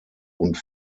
und